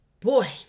boy